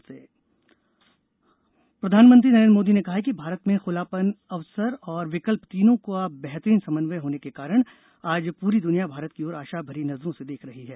Modi India ideas प्रधानमंत्री नरेन्द्र मोदी ने कहा है कि भारत में खुलापन अवसर और विकल्प तीनों का बेहतरीन समन्वय होने के कारण आज पूरी दुनिया भारत की ओर आशा भरी नजरों से देख रही है